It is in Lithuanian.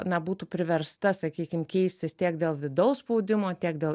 na būtų priversta sakykim keistis tiek dėl vidaus spaudimo tiek dėl